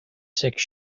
six